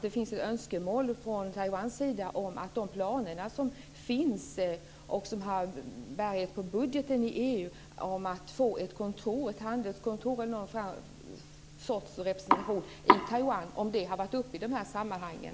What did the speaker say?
Det finns ett önskemål från Taiwans sida - det gäller de planer som finns och som har bärighet på budgeten i EU - om att få ett handelskontor eller någon sorts representation i Taiwan. Har det varit uppe i de här sammanhangen?